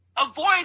avoid